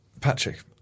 Patrick